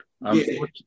Unfortunately